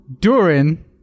Durin